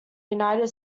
united